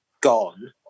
gone